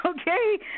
okay